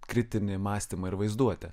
kritinį mąstymą ir vaizduotę